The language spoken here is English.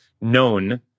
known